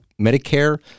Medicare